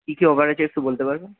কী কী অফার আছে একটু বলতে পারবেন